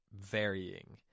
varying